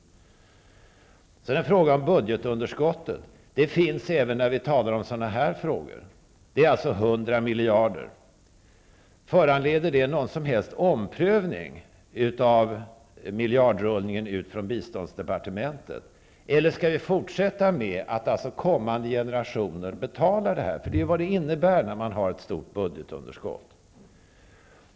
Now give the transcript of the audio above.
Jag har en fråga om budgetunderskottet. Det finns även när vi talar om sådana här frågor. Budgetunderskottet är 100 miljarder. Föranleder det någon som helst omprövning av miljardrullningen ut från biståndsdepartementet, eller skall vi fortsätta med att kommande generationer betalar detta? Det är ju vad det innebär när man har ett stort budgetunderskott.